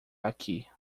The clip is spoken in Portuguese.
aqui